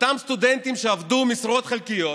אותם סטודנטים שעבדו במשרות חלקיות